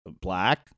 black